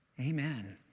Amen